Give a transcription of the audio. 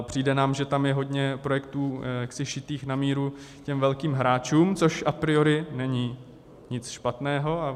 Přijde nám, že tam je hodně projektů šitých na míru těm velkým hráčům, což a priori není nic špatného.